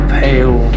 pale